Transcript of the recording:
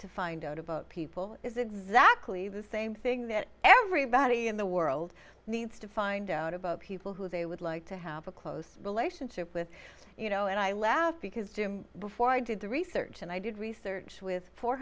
to find out about people is exactly the same thing that everybody in the world needs to find out about people who they would like to have a close relationship with you know and i laugh because jim before i did the research and i did research with four